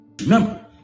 Remember